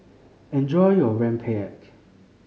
enjoy your Rempeyek